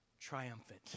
triumphant